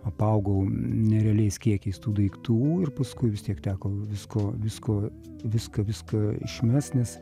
apaugau nerealiais kiekiais tų daiktų ir paskui vis tiek teko visko visko viską viską išmest nes